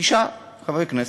תשעה חברי כנסת.